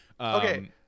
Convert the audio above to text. Okay